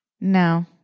no